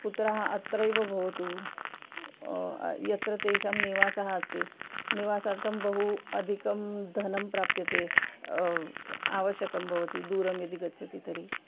पुत्रः अत्रैव भवतु यत्र तेषां निवासः अस्ति निवासार्थं बहु अधिकं धनं प्राप्यते आवश्यकं भवति दूरं यदि गच्छति तर्हि